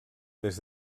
des